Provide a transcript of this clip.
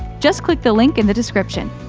just click the link in the description.